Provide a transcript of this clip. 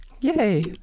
Yay